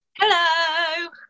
hello